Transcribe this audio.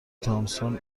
تامسون